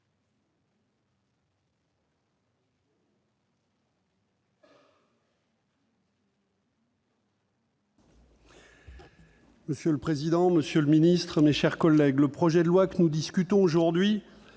Monsieur le président, monsieur le ministre, mes chers collègues, le texte que nous examinons aujourd'hui